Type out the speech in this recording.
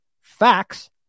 Facts